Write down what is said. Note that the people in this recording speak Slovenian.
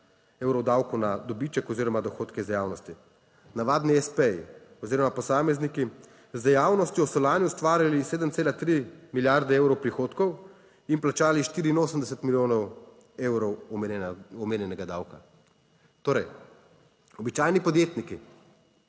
evrov davkov na dobiček oziroma dohodke iz dejavnosti. Navadni espeji oziroma posamezniki z dejavnostjo so lani ustvarili 7,3 milijarde evrov prihodkov in plačali 84 milijonov evrov omenjenega davka. Torej, običajni podjetniki